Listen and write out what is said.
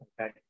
okay